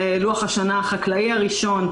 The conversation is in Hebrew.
לוח השנה החקלאי הראשון.